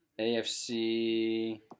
AFC